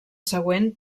següent